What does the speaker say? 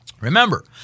Remember